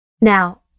Now